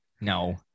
no